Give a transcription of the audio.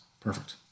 Perfect